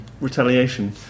retaliation